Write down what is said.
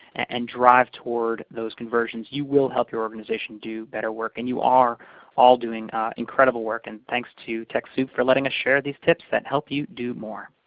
and drive toward those conversions, you will help your organization do better work. and you are all doing incredible work, and thanks to techsoup for letting us share these tips that help you do more.